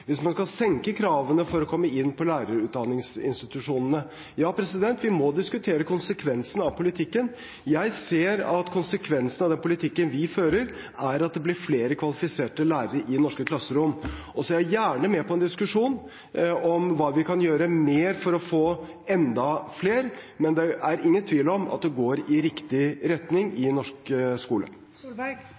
hvis man skal senke kravene for å komme inn på lærerutdanningsinstitusjonene? Ja, vi må diskutere konsekvensene av politikken. Jeg ser at konsekvensen av den politikken vi fører, er at det blir flere kvalifiserte lærere i norske klasserom. Jeg er gjerne med på en diskusjon om hva mer vi kan gjøre for å få enda flere, men det er ingen tvil om at det går i riktig retning i norsk